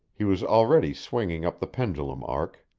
he was already swinging up the pendulum arc.